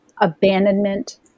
abandonment